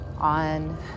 On